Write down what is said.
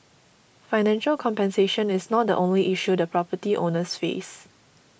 financial compensation is not the only issue the property owners face